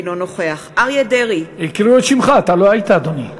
אינו נוכח הקריאו את שמך, אתה לא היית, אדוני.